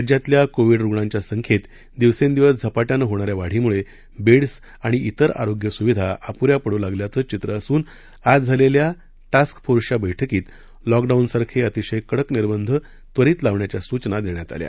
राज्यातल्या कोविड रुणांच्या संख्येत दिवसेंदिवस झपाट्यानं होणाऱ्या वाढीमुळे बेड्स आणि विर आरोग्य सुविधा अपुऱ्या पडू लागल्याचं चित्र असून आज झालेल्या टास्क फोर्सच्या बैठकीत लॉकडाऊनसारखे अतिशय कडक निर्बंध त्वरित लावण्याच्या सूचना देण्यात आल्या